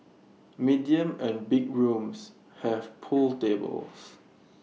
medium and big rooms have pool tables